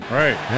right